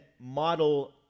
model